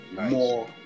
more